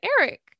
Eric